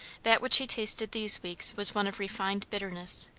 that which he tasted these weeks was one of refined bitterness.